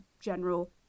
general